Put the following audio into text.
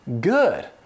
good